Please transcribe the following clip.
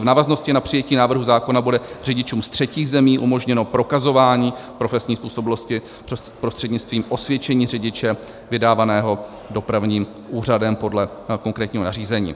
V návaznosti na přijetí návrhu zákona bude řidičům z třetích zemí umožněno prokazování profesní způsobilosti prostřednictvím osvědčení řidiče vydávaného dopravním úřadem podle konkrétního nařízení.